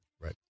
right